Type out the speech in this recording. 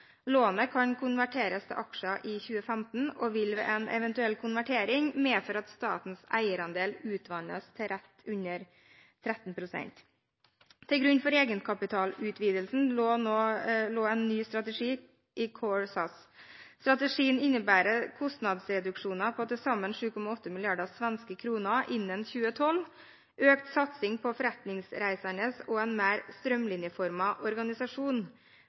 Lånet kan konverteres til aksjer i 2015 og vil ved en eventuell konvertering medføre at statens eierandel utvannes til rett under 13 pst. Til grunn for egenkapitalutvidelsene lå en ny strategi, Core SAS. Strategien innebærer kostnadsreduksjoner på til sammen 7,8 mrd. svenske kroner innen 2012, økt satsing på forretningsreisende og en mer strømlinjeformet organisasjon.